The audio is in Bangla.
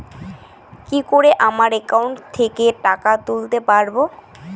কি করে আমার একাউন্ট থেকে টাকা তুলতে পারব?